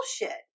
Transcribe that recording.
bullshit